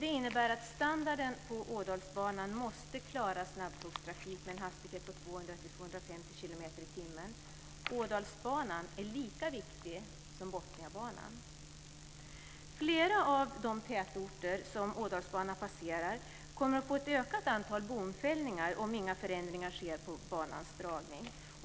Det innebär att standarden på Ådalsbanan måste klara snabbtågstrafik med en hastighet av 200-250 kilometer per timme. Ådalsbanan är lika viktig som Botniabanan. Flera av de tätorter som Ådalsbanan passerar kommer att få ett ökat antal bomfällningar om inga förändringar sker av banans dragning.